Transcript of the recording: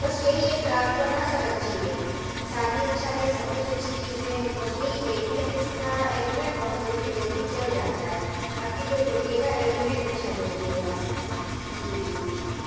بس یہی ایک خرابی ورنہ سب اچھی ہے ساری اچھائی ہے سب کچھ اچھی چیزیں ہیں بس یہی ایک ہے کہ اس کا الیمنٹ بہت جلدی جلدی جل جاتا ہے اب کی جو بھیجیے گا الیمنٹ اچھا بھیجیے گا اس کا جی جی بالکل